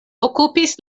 okupis